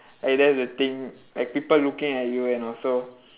like that's the thing like people looking at you and also